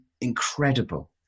incredible